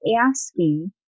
asking